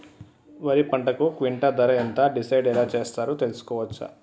వరి పంటకు క్వింటా ధర ఎంత డిసైడ్ ఎలా చేశారు తెలుసుకోవచ్చా?